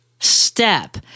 step